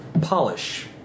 polish